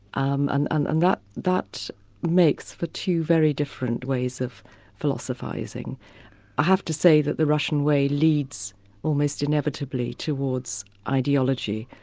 um and and and that that makes for two very different ways of philosophising. i have to say that the russian way leads almost inevitably towards ideology.